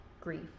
grief